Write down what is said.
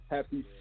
Happy